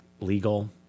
legal